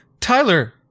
Tyler